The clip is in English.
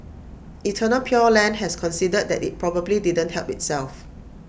eternal pure land has conceded that IT probably didn't help itself